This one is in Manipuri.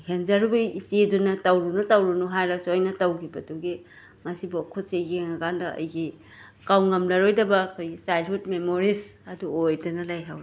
ꯍꯦꯟꯖꯔꯨꯕ ꯏꯆꯦ ꯗꯨꯅ ꯇꯧꯔꯨꯅꯨ ꯇꯧꯔꯨꯅꯨ ꯍꯥꯏꯔꯁꯨ ꯑꯩꯅ ꯇꯧꯈꯤꯕꯗꯨꯒꯤ ꯉꯁꯤꯐꯧ ꯈꯨꯠꯁꯦ ꯌꯦꯡꯉꯀꯥꯟꯗ ꯑꯩꯒꯤ ꯀꯥꯎꯉꯝꯂꯔꯣꯏꯗꯕ ꯑꯩꯈꯣꯏꯒꯤ ꯆꯥꯏ꯭ꯗꯍꯨꯗ ꯃꯦꯃꯣꯔꯤꯁ ꯑꯗꯨ ꯑꯣꯏꯗꯅ ꯂꯩꯍꯧꯋꯦ